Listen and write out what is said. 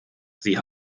sie